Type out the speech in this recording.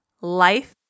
Life